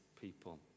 people